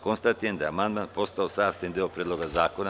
Konstatujem da je amandman postao sastavni deo Predloga zakona.